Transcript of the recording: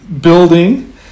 building